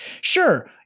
Sure